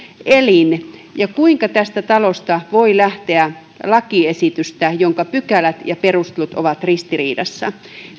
elin ja kuinka tästä talosta voi lähteä lakiesitystä jonka pykälät ja perustelut ovat ristiriidassa